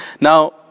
Now